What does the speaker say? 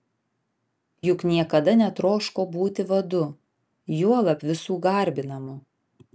juk niekada netroško būti vadu juolab visų garbinamu